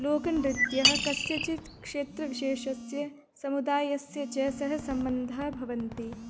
लोकनृत्यं कस्यचित् क्षेत्रविशेषस्य समुदायस्य च सह सम्बन्धः भवति